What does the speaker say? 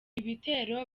bitero